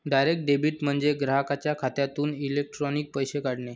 direct debit म्हणजे ग्राहकाच्या खात्यातून इलेक्ट्रॉनिक पैसे काढणे